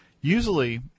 Usually